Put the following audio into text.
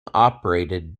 operated